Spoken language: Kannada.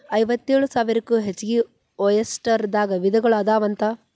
ಐವತ್ತೇಳು ಸಾವಿರಕ್ಕೂ ಹೆಚಗಿ ಒಯಸ್ಟರ್ ದಾಗ ವಿಧಗಳು ಅದಾವಂತ